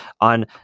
on